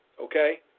okay